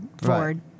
Ford